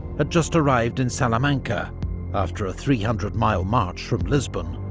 had just arrived in salamanca after a three hundred mile march from lisbon.